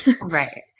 Right